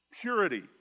Purity